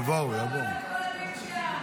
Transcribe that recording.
יבואו, יבואו.